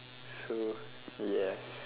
so yes